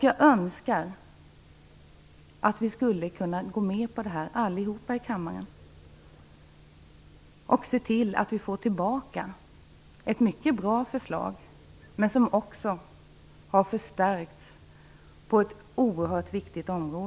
Jag önskar att vi allihop i kammaren ser till att vi får tillbaka detta mycket bra förslag och att det då är förstärkt på ett oerhört viktigt område.